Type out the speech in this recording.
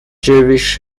jewish